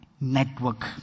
network